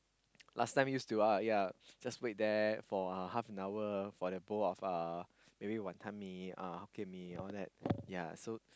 last time used to wait there for half an hour for a bowl of Wanton-Mee Hokkien-Mee like that